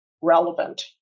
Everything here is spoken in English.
relevant